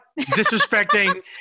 disrespecting